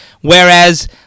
whereas